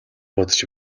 бодож